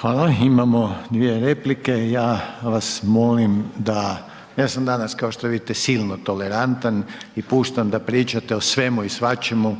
Hvala. Imamo dvije replike, ja vas molim da, ja sam danas kao što vidite silno tolerantan i puštam da pričate o svemu i svačemu